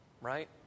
right